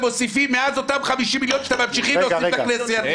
מוסיפים מאז אותם 50 מיליון שאתם ממשיכים להוסיף לכנסייתי.